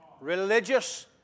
Religious